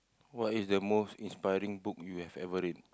what is the most inspiring book you have ever read